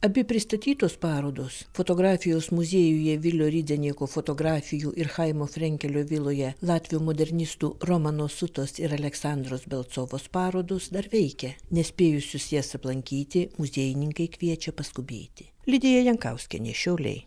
abi pristatytos parodos fotografijos muziejuje vilio rydzenieko fotografijų ir chaimo frenkelio viloje latvių modernistų romano sutos ir aleksandros belcovos parodos dar veikia nespėjusius jas aplankyti muziejininkai kviečia paskubėti lidija jankauskienė šiauliai